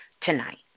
tonight